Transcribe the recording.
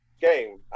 game